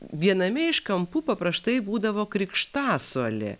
viename iš kampų paprastai būdavo krikštasuolė